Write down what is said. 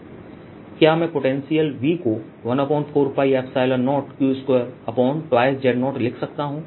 क्या मैं potential V को 14π0q22z0 लिख सकता हूं